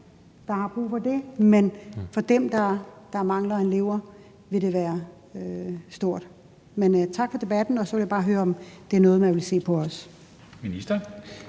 der har brug for det, men for dem, der mangler en lever, vil det være stort. Men tak for debatten, og så vil jeg bare høre, om det er noget, som man også vil se på.